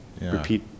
repeat